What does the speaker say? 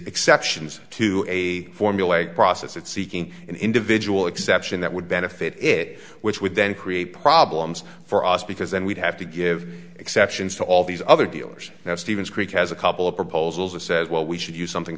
exceptions to a formulaic process at seeking an individual exception that would benefit it which would then create problems for us because then we'd have to give exceptions to all these other dealers now stevens creek has a couple of proposals or says well we should use something